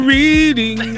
Reading